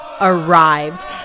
arrived